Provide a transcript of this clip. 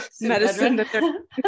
medicine